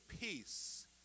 peace